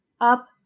up